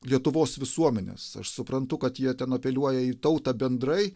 lietuvos visuomenės aš suprantu kad jie ten apeliuoja į tautą bendrai